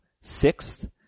sixth